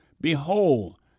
Behold